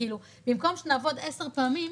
כאילו במקום שנעבוד עשר פעמים,